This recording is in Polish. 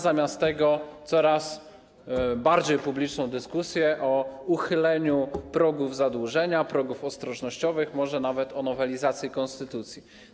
Zamiast tego mamy coraz bardziej publiczną dyskusję o uchyleniu progów zadłużenia, progów ostrożnościowych, może nawet o nowelizacji konstytucji.